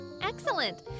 Excellent